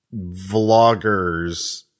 vloggers